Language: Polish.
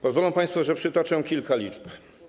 Pozwolą państwo, że przytoczę kilka liczb.